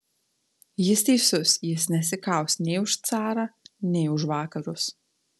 jis teisus jis nesikaus nei už carą nei už vakarus